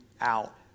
out